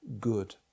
good